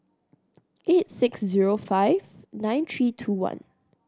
eight six zero five nine three two one